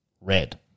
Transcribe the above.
red